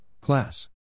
class